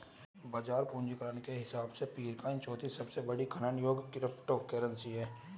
बाजार पूंजीकरण के हिसाब से पीरकॉइन चौथी सबसे बड़ी खनन योग्य क्रिप्टोकरेंसी है